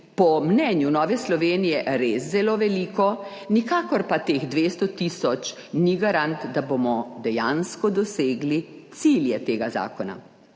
po mnenju Nove Slovenije res zelo veliko, nikakor pa teh 200 tisoč ni garant, da bomo dejansko dosegli cilje tega zakona.